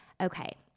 Okay